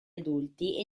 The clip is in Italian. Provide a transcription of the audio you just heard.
adulti